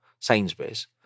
Sainsbury's